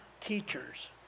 teachers